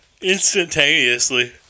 instantaneously